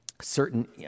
certain